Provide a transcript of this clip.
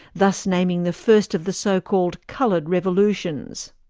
thus naming the first of the so-called coloured revolutions.